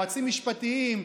יועצים משפטיים,